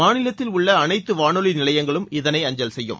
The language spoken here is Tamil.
மாநிலத்தில் உள்ள அனைத்து வானொலி நிலையங்களும் இதனை அஞ்சல் செய்யும்